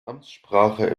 amtssprache